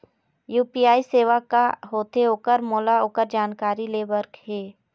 UPI सेवा का होथे ओकर मोला ओकर जानकारी ले बर हे?